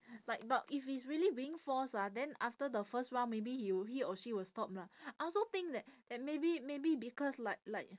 like but if it's really being force ah then after the first round maybe he'll he or she will stop lah I also think that that maybe maybe because like like